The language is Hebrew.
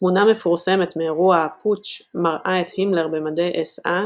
תמונה מפורסמת מאירוע הפוטש מראה את הימלר במדי אס אה